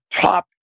top